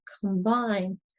combine